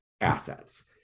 assets